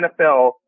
NFL